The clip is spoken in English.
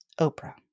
Oprah